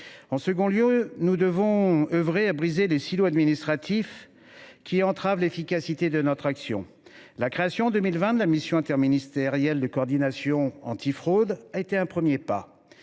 En second lieu, nous devons œuvrer à briser les silos administratifs qui entravent l’efficacité de notre action. La création en 2020 de la mission interministérielle de coordination antifraude a été un premier pas,